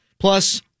Plus